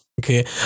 Okay